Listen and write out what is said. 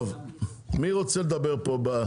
טוב, מי רוצה לדבר פה?